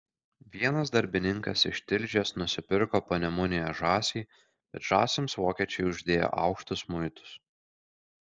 vienas darbininkas iš tilžės nusipirko panemunėje žąsį bet žąsims vokiečiai uždėję aukštus muitus